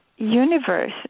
universe